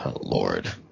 lord